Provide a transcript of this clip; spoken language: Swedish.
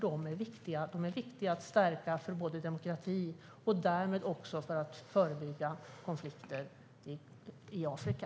De är viktiga för demokratin att stärka och därmed också för att förebygga konflikter i Afrika.